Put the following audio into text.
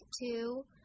two